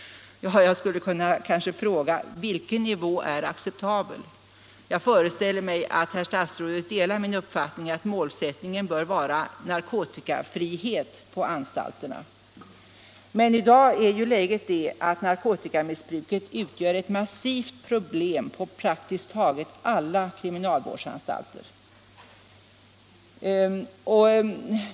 Jag skulle kanske kunna fråga vilken nivå som är acceptabel. Jag föreställer mig att herr statsrådet delar min uppfattning att målsättningen bör vara narkotikafria anstalter. Men i dag är läget det att narkotikamissbruket utgör ett massivt problem på praktiskt taget alla kriminalvårdsanstalter.